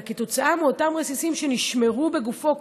אלא כתוצאה מאותם רסיסים שנשמרו בגופו,